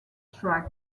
track